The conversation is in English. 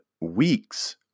weeks